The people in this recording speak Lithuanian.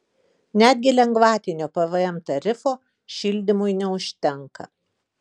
netgi lengvatinio pvm tarifo šildymui neužtenka